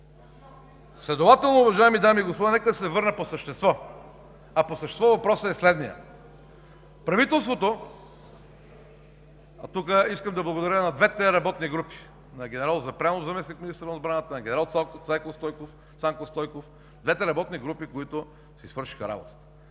Следователно, уважаеми дами и господа, нека да се върна по същество. А по същество въпросът е следният: правителството… Тук искам да благодаря на двете работни групи – на генерал Запрянов – заместник-министър на отбраната, на генерал Цанко Стойков – двете работни групи, които си свършиха работата.